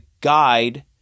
guide